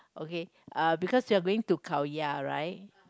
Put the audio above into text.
okay uh because you are going to Khao-Yai right